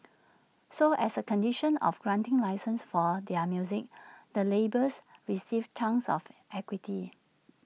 so as A condition of granting licences for their music the labels received chunks of equity